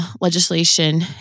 legislation